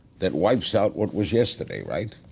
that wipes out what was yesterday, right?